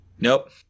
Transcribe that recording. Nope